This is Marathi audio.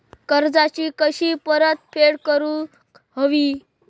कर्जाची कशी परतफेड करूक हवी?